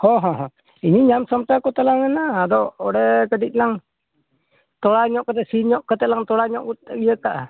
ᱦᱳᱭ ᱦᱳᱭ ᱤᱧᱼᱤᱧ ᱧᱟᱢ ᱥᱟᱢᱴᱟᱣ ᱛᱟᱞᱟᱝ ᱟ ᱱᱟᱦᱟᱜ ᱟᱫᱚ ᱚᱸᱰᱮ ᱠᱟᱹᱴᱤᱡ ᱞᱟᱝ ᱛᱳᱲᱟ ᱧᱚᱜ ᱠᱟᱛᱮᱫ ᱥᱤ ᱧᱚᱜ ᱠᱟᱛᱮᱫ ᱛᱳᱲᱟ ᱧᱚᱜ ᱠᱟᱛᱮᱫ ᱤᱭᱟᱹ ᱠᱟᱜᱼᱟ